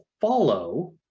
follow